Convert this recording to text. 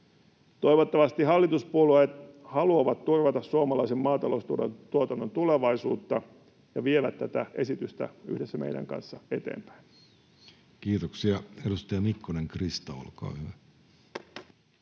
Toivottavasti hallituspuolueet haluavat turvata suomalaisen maataloustuotannon tulevaisuutta ja viedä tätä esitystä yhdessä meidän kanssamme eteenpäin. [Speech 290] Speaker: Jussi Halla-aho